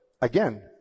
again